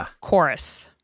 chorus